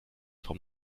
vom